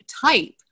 type